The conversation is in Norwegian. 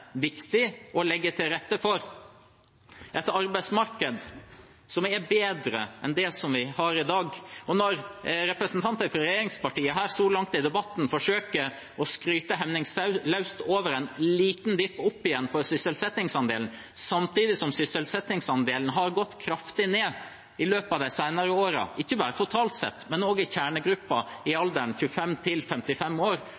viktig å legge til rette for et arbeidsmarked som er bedre enn det vi har i dag. Representanter fra regjeringspartiene har så langt i debatten forsøkt å skryte hemningsløst av en liten vipp opp igjen på sysselsettingsandelen, samtidig som sysselsettingsandelen har gått kraftig ned i løpet av de senere årene – ikke bare totalt sett, men også i kjernegruppen, i alderen 25–55 år,